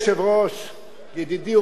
ידידי ומכובדי השר,